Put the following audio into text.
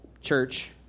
church